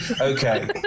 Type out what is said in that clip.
Okay